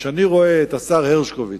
כשאני רואה את השר הרשקוביץ,